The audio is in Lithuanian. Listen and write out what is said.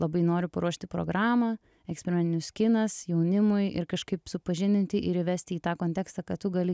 labai noriu paruošti programą eksperimentinis kinas jaunimui ir kažkaip supažindinti ir įvesti į tą kontekstą kad tu gali